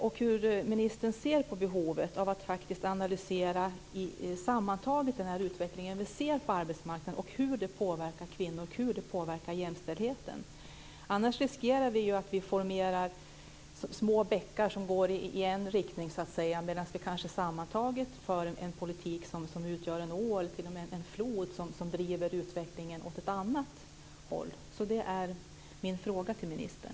Hur ser ministern på behovet av att sammantaget analysera den utveckling som vi ser på arbetsmarknaden? Hur påverkar den kvinnor, och hur påverkar den jämställdheten? Utan sådana analyser riskerar vi att få små bäckar som går i en riktning men att sammantaget föra en politik som blir till en flod som driver utvecklingen åt ett annat håll. Det är min fråga till ministern.